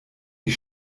die